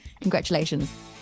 congratulations